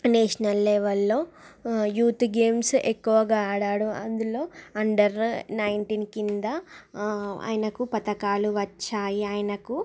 national లెవల్లో youth games ఎక్కువగా ఆడాడు అందులో అండర్ నైటీన్ కింద ఆయనకు పథకాలు వచాయి ఆయనకు